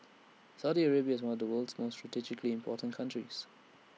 Saudi Arabia is one of the world's most strategically important countries